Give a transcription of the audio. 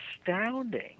astounding